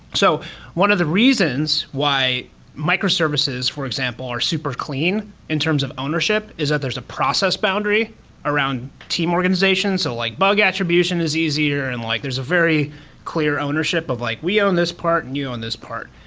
so one of the reasons why microservices, for example, are super clean in terms of ownership, is that there's a process boundary around team organizations, or like bug attribution is easier and like there's a very clear ownership of like we own this part and you own this part.